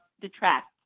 detract